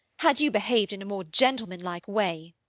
had you behaved in a more gentlemanlike way.